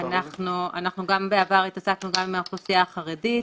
אנחנו גם בעבר התעסקנו עם האוכלוסייה החרדית.